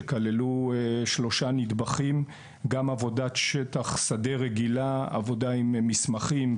שכללו שלושה נדבכים: עבודת שדה רגילה עבודה עם מסמכים,